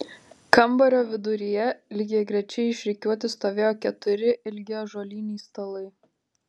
kambario viduryje lygiagrečiai išrikiuoti stovėjo keturi ilgi ąžuoliniai stalai